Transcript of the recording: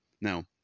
Now